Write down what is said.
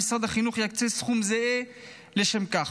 שמשרד החינוך יקצה סכום זהה לשם כך.